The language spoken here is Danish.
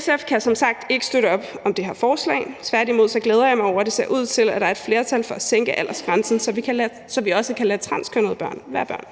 SF kan som sagt ikke støtte op om det her forslag, tværtimod glæder jeg mig over, at det ser ud til, at der er et flertal for at sænke aldersgrænsen, så vi også kan lade transkønnede børn være børn.